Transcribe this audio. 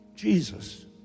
Jesus